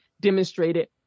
demonstrated